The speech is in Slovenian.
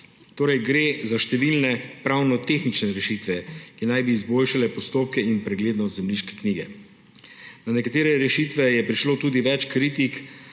torej za številne pravno-tehnične rešitve, ki naj bi izboljšale postopke in preglednost zemljiške knjige. Na nekatere rešitve je prišlo tudi več kritik,